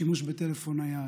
שימוש בטלפון נייד,